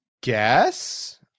guess